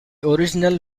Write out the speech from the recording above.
original